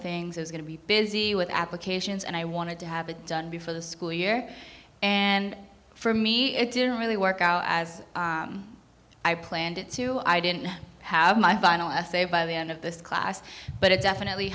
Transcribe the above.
things is going to be busy with applications and i wanted to have it done before the school year and for me it didn't really work out as i planned it to i didn't have my final essay by the end of this class but it definitely